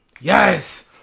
Yes